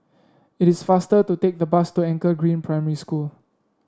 it is faster to take the bus to Anchor Green Primary School